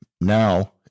Now